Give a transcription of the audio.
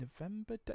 November